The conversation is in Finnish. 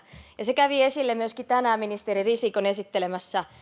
ja se kävi esille myöskin tänään ministeri risikon esittelemässä